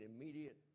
immediate